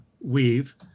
weave